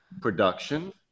production